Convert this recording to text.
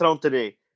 today